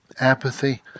Apathy